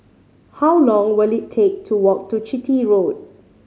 how long will it take to walk to Chitty Road